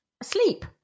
Asleep